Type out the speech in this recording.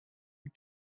and